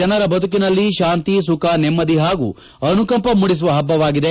ಜನರ ಬದುಕಲ್ಲಿ ಶಾಂತಿ ಸುಖಿ ನೆಮ್ಮದಿ ಪಾಗೂ ಅನುಕಂಪ ಮೂಡಿಸುವ ಪ್ಪುವಾಗಿದೆ